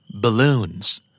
Balloons